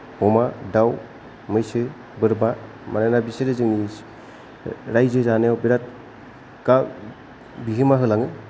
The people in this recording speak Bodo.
अमा दाउ मौसो बोरमा मानोना बिसोरो जोंनि राइजो जानायाव बिराद गा बिहोमा होलाङो